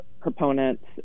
proponents